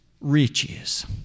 riches